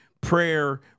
prayer